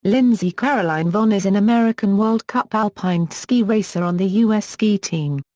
lindsey caroline vonn is an american world cup alpine ski racer on the us ski team.